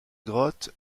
grottes